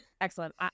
excellent